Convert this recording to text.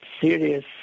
serious